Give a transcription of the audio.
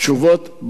בנושא הזה.